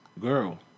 girl